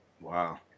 Wow